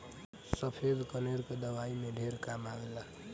सफ़ेद कनेर के दवाई में ढेर काम आवेला